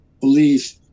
belief